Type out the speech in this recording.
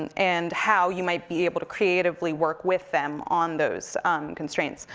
and and how you might be able to creatively work with them on those constraints,